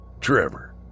Trevor